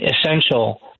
essential